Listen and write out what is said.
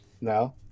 No